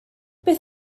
beth